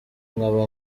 nkaba